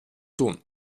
tun